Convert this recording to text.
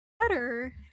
better